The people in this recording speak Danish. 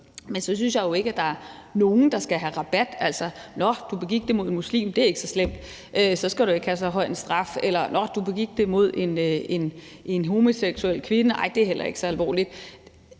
men så synes jeg jo ikke, at der er nogle, der skal have rabat, altså sådan noget: Nå, du begik det imod en muslim; det er ikke så slemt, og så skal du ikke have så høj en straf. Eller det kunne være: Nå, du begik det imod en homoseksuel kvinde, og ej, det er heller ikke så alvorligt.